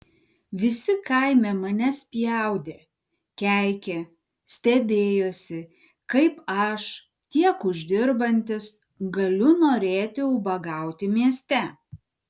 visi kaime mane spjaudė keikė stebėjosi kaip aš tiek uždirbantis galiu norėti ubagauti mieste